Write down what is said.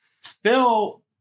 Phil